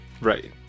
Right